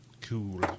Cool